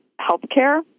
healthcare